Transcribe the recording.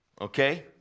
okay